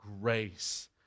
grace